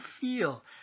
feel